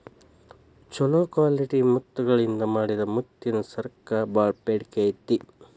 ಚೊಲೋ ಕ್ವಾಲಿಟಿ ಮುತ್ತಗಳಿಂದ ಮಾಡಿದ ಮುತ್ತಿನ ಸರಕ್ಕ ಬಾಳ ಬೇಡಿಕೆ ಐತಿ